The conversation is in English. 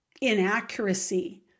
inaccuracy